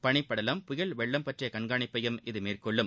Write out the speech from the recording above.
பனிபடலம் புயல் வெள்ளம் பற்றிய கண்காணிப்பையும் இது மேற்கொள்ளும்